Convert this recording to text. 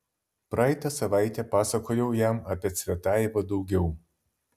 praeitą savaitę pasakojau jam apie cvetajevą daugiau